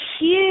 huge